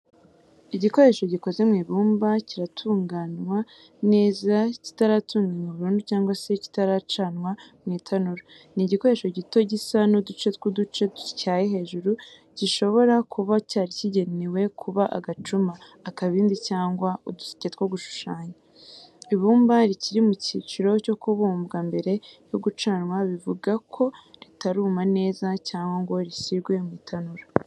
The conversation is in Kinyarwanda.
Igikoresho gikoze mu ibumba kitaratunganwa neza, kitaratunganywa burundu cyangwa se kitaracanwa mu itanura. Ni igikoresho gito gisa n’uduce tw’uduce dutyaye hejuru, gishobora kuba cyari kigenewe kuba agacuma, akabindi, cyangwa uduseke two gushushanya. Ibumba rikiri mu cyiciro cyo kubumbwa mbere yo gucanwa bivuga ko ritaruma neza cyangwa ngo rishyirwe mu itanura.